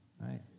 right